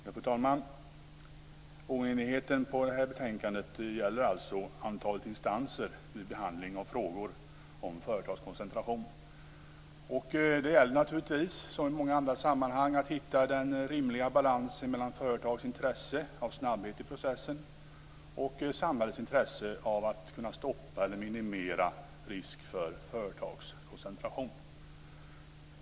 Fru talman! Oenigheten i betänkandet gäller antalet instanser vid behandling av frågor om företagskoncentration. Det gäller naturligtvis, som i så många andra sammanhang, att hitta den rimliga balansen mellan företags intresse av snabbhet i processen och samhällets intresse av att kunna stoppa eller minimera risk för företagskoncentration.